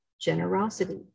generosity